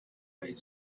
high